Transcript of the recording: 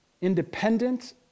independent